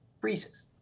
freezes